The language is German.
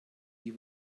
die